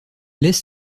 laisse